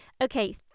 Okay